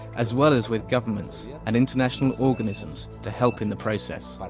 as well as with governments yeah and international organisms to help in the process.